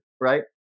Right